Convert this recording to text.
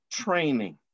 training